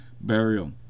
Burial